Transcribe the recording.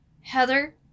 Heather